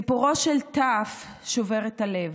סיפורו של ת' שובר את הלב.